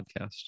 podcast